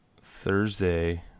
Thursday